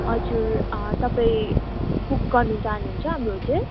हजुर तपाईँ बुक गर्नु चाहनुहुन्छ हाम्रो होटल